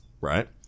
Right